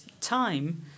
time